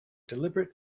deliberate